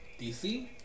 DC